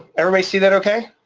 everybody see that okay?